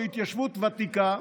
זאת התיישבות ותיקה,